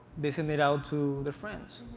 they sent it out to their friends,